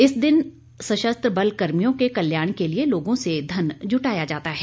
इस दिन सशस्त्र बल कर्मियों के कल्याण के लिये लोगों से धन जुटाया जाता है